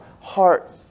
heart